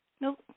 Nope